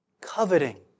coveting